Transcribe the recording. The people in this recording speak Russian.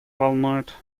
волнует